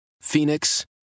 Phoenix